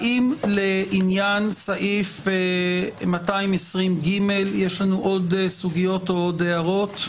האם לעניין סעיף 220ג יש לנו עוד סוגיות או עוד הערות?